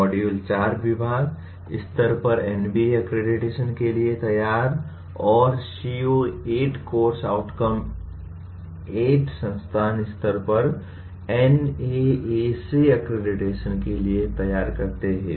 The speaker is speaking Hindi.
मॉड्यूल 4 विभाग स्तर पर एनबीए अक्रेडिटेशन के लिए तैयार और सीओ 8 कोर्स आउटकम 8 संस्थान स्तर पर NAAC अक्रेडिटेशन के लिए तैयार करते हैं